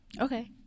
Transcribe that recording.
Okay